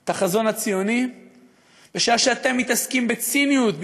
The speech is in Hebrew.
את החזון הציוני בשעה שאתם מתעסקים בציניות,